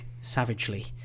savagely